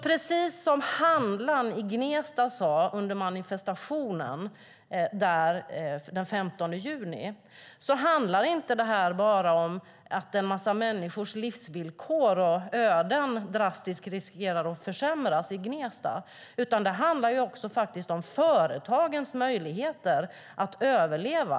Precis som handlaren i Gnesta sade under manifestationen den 15 juni handlar inte det här bara om att en massa människors livsvillkor och öden drastiskt riskerar att försämras i Gnesta, utan det handlar faktiskt också om företagens möjligheter att överleva.